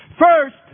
First